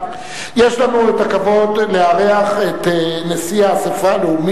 אבקש להדגיש כי היציאה ממבשרת למחלפון מוצא לא בוטלה.